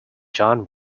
john